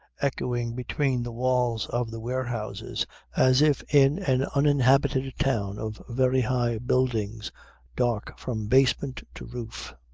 echoing between the walls of the warehouses as if in an uninhabited town of very high buildings dark from basement to roof.